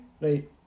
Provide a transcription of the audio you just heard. Right